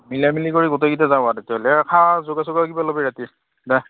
মিলা মিলি কৰি গোটেইকেইটা যাওঁ আৰু খোৱাৰ যোগাৰ চোগাৰ কিবা ল'বি ৰাতি দে